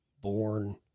born